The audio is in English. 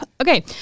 Okay